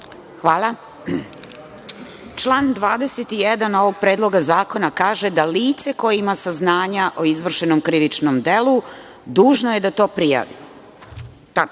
Hvala. Član 21. ovog Predloga zakona kaže da lice koje ima saznanja o izvršenom krivičnom delu dužno je da to prijavi.